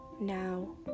now